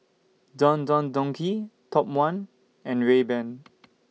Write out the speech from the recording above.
Don Don Donki Top one and Rayban